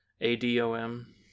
A-D-O-M